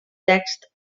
text